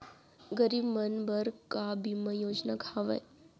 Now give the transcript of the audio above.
गरीब मन बर का का बीमा योजना हावे?